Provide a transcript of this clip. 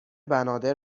بنادر